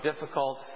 difficult